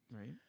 Right